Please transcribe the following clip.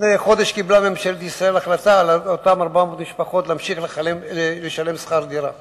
לפני חודש קיבלה ממשלת ישראל החלטה להמשיך לשלם שכר דירה